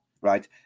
right